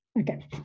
Okay